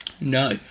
No